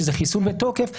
שזה חיסון בתוקף,